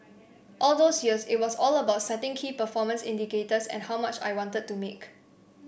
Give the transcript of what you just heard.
all those years it was all about setting key performance indicators and how much I wanted to make